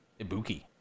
ibuki